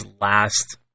last